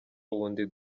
wundi